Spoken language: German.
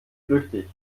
flüchtig